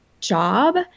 job